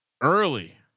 early